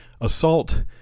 assault